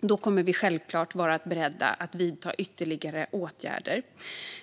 det kommer vi självklart att vara beredda att vidta ytterligare åtgärder.